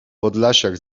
podlasiak